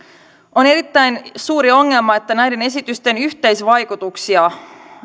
on erittäin suuri ongelma että näiden esitysten yhteisvaikutuksia